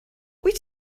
wyt